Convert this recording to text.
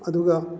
ꯑꯗꯨꯒ